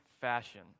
fashion